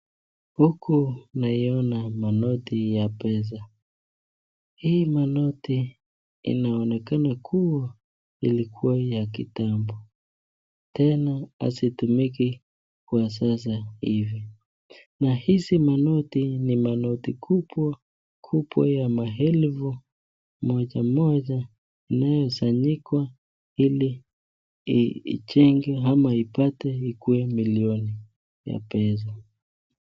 Huku naiona manoti ya pesa. Hii manoti inaonekana kuwa ilikuwa ya kitambo. Tena asitumiki kwa sasa hivi. Nahisi manoti ni manoti kubwa kubwa ya maelfu moja moja inayozanyikwa ili ijenge ama ipate ikuwe milioni ya pesa.